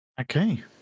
Okay